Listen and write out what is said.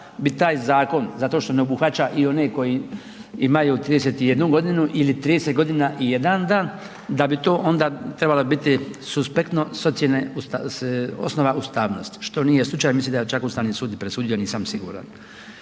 bi taj zakon, zato što ne obuhvaća i one koji imaju 31.g. ili 30.g. i jedan dan, da bi to onda trebalo biti suspektno s ocijene osnova ustavnosti, što nije slučaj, ja mislim da je čak i Ustavni sud presudio, nisam siguran.